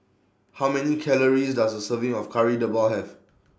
How Many Calories Does A Serving of Kari Debal Have